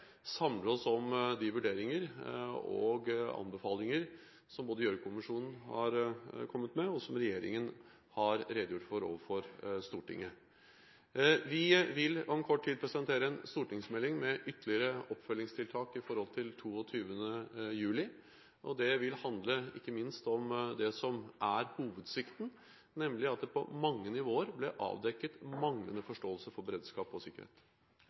oss om de vurderinger og anbefalinger som Gjørv-kommisjonen har kommet med, og som regjeringen har redegjort for overfor Stortinget. Vi vil om kort tid presentere en stortingsmelding med ytterligere oppfølgingstiltak når det gjelder 22. juli. Den vil ikke minst handle om det som er hovedsvikten: at det på mange nivåer ble avdekket manglende forståelse for beredskap og sikkerhet.